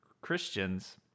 Christians